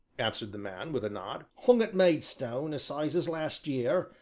answered the man with a nod, hung at maidstone assizes last year,